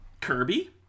Kirby